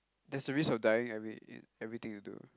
there's a risk of dying every in everything you do